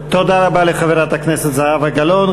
תודה רבה לחברת הכנסת זהבה גלאון.